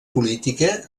política